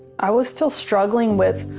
i was still struggling with.